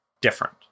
different